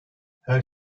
her